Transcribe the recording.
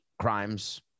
crimes